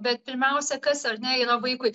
bet pirmiausia kas ar ne yra vaikui